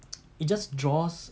it just draws